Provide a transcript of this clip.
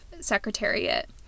Secretariat